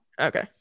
Okay